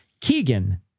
Keegan